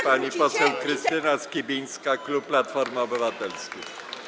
Pani poseł Krystyna Skibińska, klub Platforma Obywatelska.